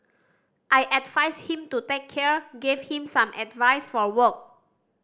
I advised him to take care gave him some advice for work